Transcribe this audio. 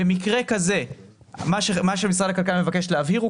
במקרה כזה מה שמשרד הכלכלה מבקש להבהיר הוא